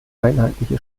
einheitliche